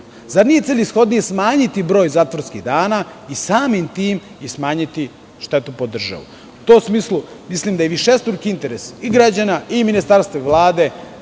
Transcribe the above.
Zar nije celishodne smanjiti broj zatvorskih dana i samim tim i smanjiti štetu po državu?U tom smislu mislim da je višestruki interes i građana i ministarstva i Vlade